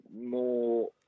more